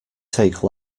take